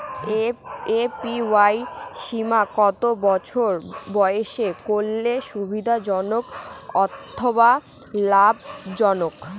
APY বীমা কত বছর বয়সে করলে সুবিধা জনক অথবা লাভজনক?